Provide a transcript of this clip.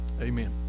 amen